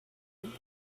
would